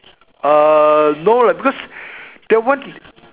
uh no lah cause that one